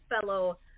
fellow